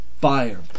fire